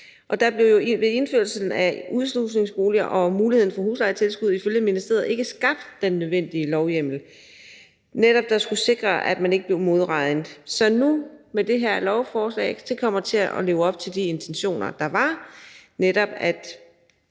Der blev ved indførelsen af udslusningsboliger og muligheden for huslejetilskud ifølge ministeriet ikke skabt den nødvendige lovhjemmel, der skulle sikre, at der ikke blev modregnet. Men med det her lovforslag kommer man til at leve op til de intentioner, der var, nemlig at